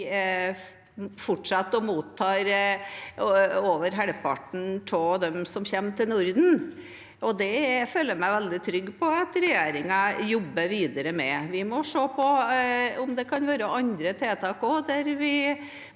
fortsetter å motta over halvparten av dem som kommer til Norden, og det føler jeg meg veldig trygg på at regjeringen jobber videre med. Vi må se om det kan være andre tiltak der vi